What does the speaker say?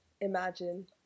Imagine